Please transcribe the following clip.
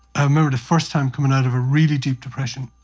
i remember the first time coming out of a really deep depression,